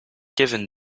kevin